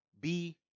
B-